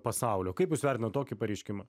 pasaulio kaip jūs vertinat tokį pareiškimą